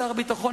שר הביטחון,